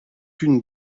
une